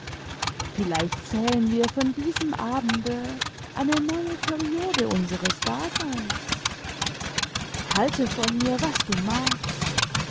vielleicht zählen wir von diesem abende eine neue periode unseres daseins halte von mir was du magst